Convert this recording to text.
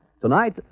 Tonight